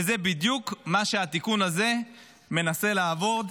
וזה בדיוק מה שהתיקון הזה מנסה לעשות.